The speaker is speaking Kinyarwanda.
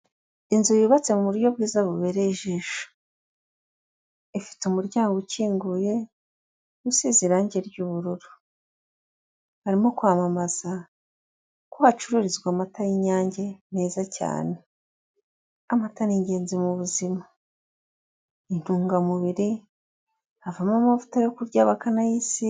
Inzu yubatse mu buryo bwizabereye ijisho. Ifite umuryango ukinguye, usize irange ry'ubururu. Harimo kwamama ko hacururizwa amata y'inyange meza cyane. Amata ni ingenzi mu buzima. Intungamubiri, havamo amavuta yo kurya, bakanayisiga.